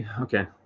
okay